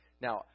Now